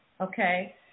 okay